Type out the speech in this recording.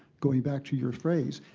going back to your phrase?